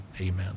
amen